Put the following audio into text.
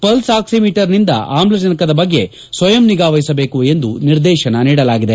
pulse oximeter ನಿಂದ ಆಮ್ಲಜನಕದ ಬಗ್ಗೆ ಸ್ವಯಂ ನಿಗಾ ವಹಿಸಬೇಕು ಎಂದು ನಿರ್ದೇಶನ ನೀಡಲಾಗಿದೆ